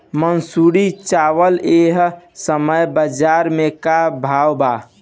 मंसूरी चावल एह समय बजार में का भाव बा?